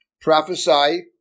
prophesy